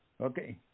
Okay